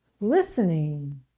Listening